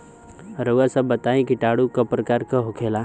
रउआ सभ बताई किटाणु क प्रकार के होखेला?